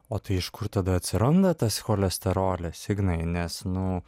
o tai iš kur tada atsiranda tas cholesterolis ignai nes nu